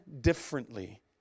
differently